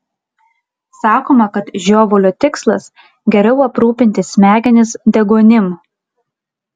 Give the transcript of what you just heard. sakoma kad žiovulio tikslas geriau aprūpinti smegenis deguonim